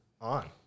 on